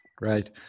Right